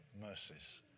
mercies